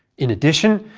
in addition,